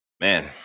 Man